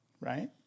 Right